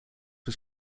was